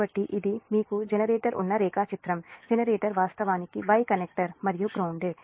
కాబట్టి ఇది మీకు జెనరేటర్ ఉన్న రేఖాచిత్రం జనరేటర్ వాస్తవానికి Y కనెక్టర్ మరియు గ్రౌన్దేడ్